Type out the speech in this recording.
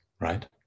right